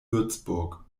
würzburg